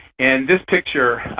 and this picture,